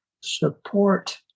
support